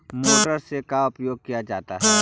Motor से का उपयोग क्या जाता है?